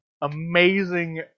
amazing